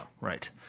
right